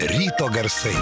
ryto garsai